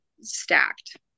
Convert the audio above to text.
stacked